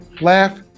Laugh